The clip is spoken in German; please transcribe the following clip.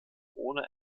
ohne